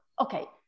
okay